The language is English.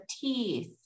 teeth